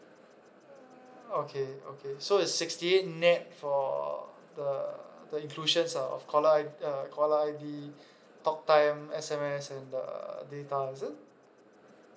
uh okay okay so it's sixty eight nett for the the inclusions ah of caller I uh caller I_D talk time S_M_S and the data is it